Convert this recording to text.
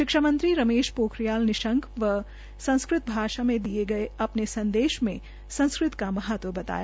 शिक्षा मंत्री रमेश पोखरियाल निशंक ने संस्कृत भाषा में दिये अपने विशेष संदेश में संस्कृत का बताया